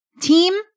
team